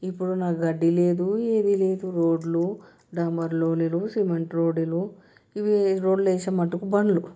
ఇప్పుడు ఆ గడ్డి లేదు ఏమీ లేదు రోడ్లు డాంబర్ రోడ్లు సిమెంట్ రోడ్డులు ఇవి రోడ్లు వేస్తే మటుకు బండ్లు